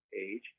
age